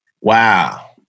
Wow